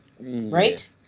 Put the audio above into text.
right